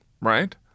right